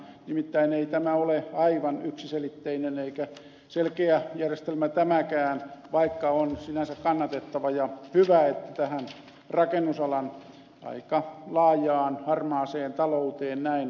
nimittäin ei tämä ole aivan yksiselitteinen eikä selkeä järjestelmä tämäkään vaikka on sinänsä kannatettava ja hyvä että tähän rakennusalan aika laajaan harmaaseen talouteen näin puututaan